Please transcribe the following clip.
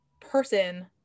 person